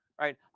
right